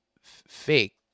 Fake